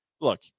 look